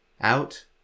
out